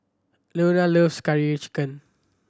Loria loves Curry Chicken